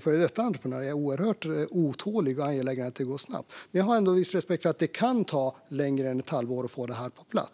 före detta entreprenör är jag oerhört otålig och angelägen om att saker går snabbt. Men jag har ändå viss respekt för att det kan ta längre tid än ett halvår för att få det här på plats.